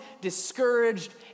discouraged